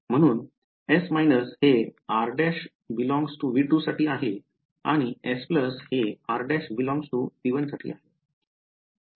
म्हणून S− हे r′∈ V 2 साठी आहे आणि S हे r′∈ V 1 साठी आहे